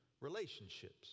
relationships